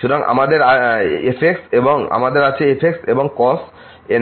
সুতরাং আমাদের f এবং cos